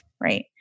right